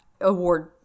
award